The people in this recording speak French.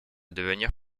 devenir